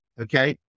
okay